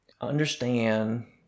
understand